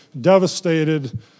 devastated